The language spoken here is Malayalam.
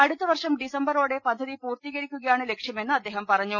അടുത്തവർഷം ഡിസംബറോടെ പദ്ധതി പൂർത്തീകരിക്കുക യാണ് ലക്ഷ്യ മെന്ന് അദ്ദേഹം പറഞ്ഞു